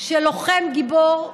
של לוחם גיבור,